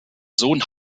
sohn